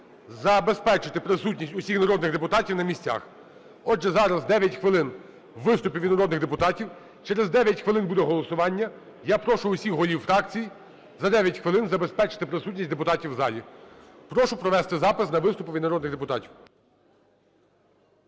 забезпечити присутність усіх народних депутатів на місцях. Отже, зараз 9 хвилин - виступи від народних депутатів. Через 9 хвилин буде голосування. Я прошу всіх голів фракцій за 9 хвилин забезпечити присутність депутатів в залі. Прошу провести запис для виступу від народних депутатів.